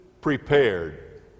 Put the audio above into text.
prepared